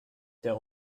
der